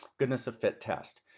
goodness of fit test.